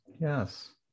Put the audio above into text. Yes